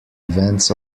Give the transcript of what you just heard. events